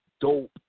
dope